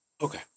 Okay